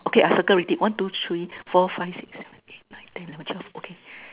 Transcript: okay I circle already one two three four five six seven eight nine ten eleven twelve okay